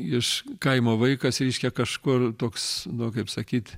iš kaimo vaikas reiškia kažkur toks kaip sakyt